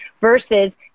versus